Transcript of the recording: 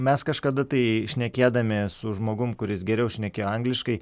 mes kažkada tai šnekėdami su žmogum kuris geriau šnekėjo angliškai